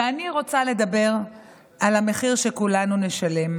ואני רוצה לדבר על המחיר שכולנו נשלם.